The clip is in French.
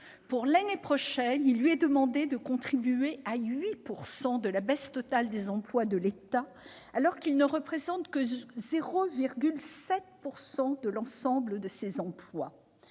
Pour l'année prochaine, il lui est demandé de contribuer à 8 % de la baisse totale des emplois de l'État, alors qu'il ne représente que 0,7 % de l'ensemble de ses emplois